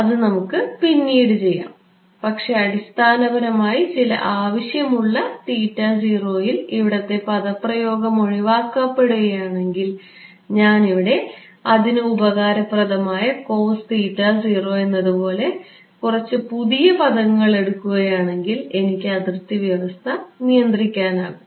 അതു നമുക്ക് പിന്നീട് ചെയ്യാം പക്ഷേ അടിസ്ഥാനപരമായി ചില ആവശ്യമുള്ള യിൽ ഇവിടത്തെ പദപ്രയോഗം ഒഴിവാക്കപ്പെടുകയാണെങ്കിൽ ഞാനിവിടെ അതിനു ഉപകാരപ്രദമായ എന്നതുപോലെ കുറച്ച് പുതിയ പദങ്ങൾ എടുക്കുകയാണെങ്കിൽ എനിക്ക് അതിർത്തി വ്യവസ്ഥ നിയന്ത്രിക്കാനാകും